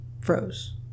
froze